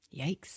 Yikes